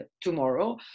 tomorrow